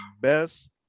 best